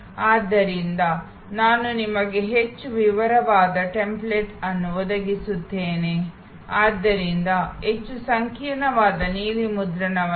ಆದ್ದರಿಂದ ನಾನು ನಿಮಗೆ ಹೆಚ್ಚು ವಿವರವಾದ ಮಾದರಿಯನ್ನು ಒದಗಿಸುತ್ತೇನೆ ಆದ್ದರಿಂದ ಹೆಚ್ಚು ಸಂಕೀರ್ಣವಾದ ನೀಲಿ ನಕ್ಷೆಯನ್ನು